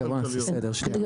רגע, בואו נעשה סדר, שנייה.